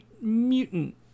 mutant